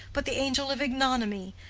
but the angel of ignominy,